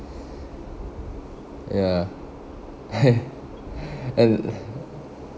ya and